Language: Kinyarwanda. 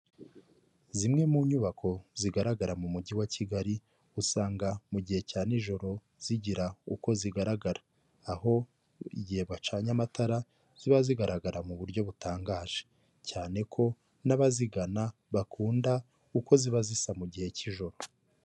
Zimwe mu nyubako zigaragara mu mujyi wa Kigali usanga mu gihe cya nijoro zigira uko zigaragara, aho igihe bacanye amatara ziba zigaragara mu buryo butangaje cyane ko n'abazigana bakunda uko ziba zisa mu gihe cy'ijoro.